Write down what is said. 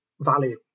value